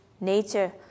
nature